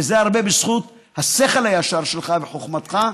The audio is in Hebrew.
וזה הרבה בזכות השכל הישר שלך וחוכמתך.